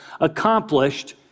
accomplished